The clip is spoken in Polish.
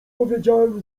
powiedziałem